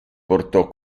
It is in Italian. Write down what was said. portò